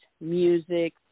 music